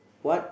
what